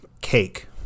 cake